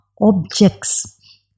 objects